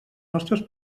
nostres